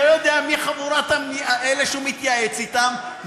לא יודע מי אלה שהוא מתייעץ אתם,